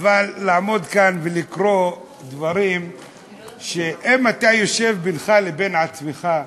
אבל לעמוד כאן ולקרוא דברים שאם אתה יושב בינך לבין עצמך,